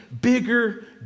bigger